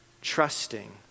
trusting